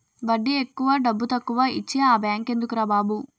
వడ్డీ ఎక్కువ డబ్బుతక్కువా ఇచ్చే ఆ బేంకెందుకురా బాబు